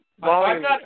volume